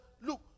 Look